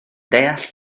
deall